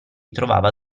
trovava